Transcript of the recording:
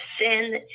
sin